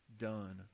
done